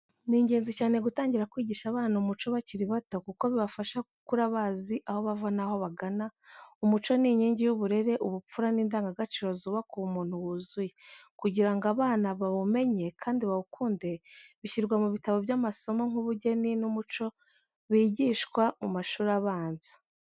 Ni ingenzi cyane gutangira kwigisha abana umuco bakiri bato, kuko bibafasha gukura bazi aho bava n’aho bagana. Umuco ni inkingi y'uburere, ubupfura n'indangagaciro zubaka umuntu wuzuye. Kugira ngo abana bawumenye kandi bawukunde, bishyirwa mu bitabo by’amasomo nk’ubugeni n’Umuco bigishwa mu mashuri abanza.